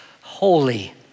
holy